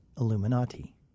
Illuminati